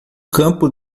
campo